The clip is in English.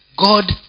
God